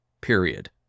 period